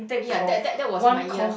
ya that that that was my year